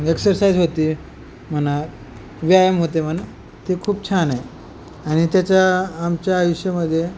exercise होते म्हणा व्यायाम होते म्हणा ते खूप छान आहे आणि त्याचा आमच्या आयुष्यामध्ये